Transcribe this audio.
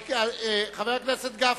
חבר הכנסת גפני,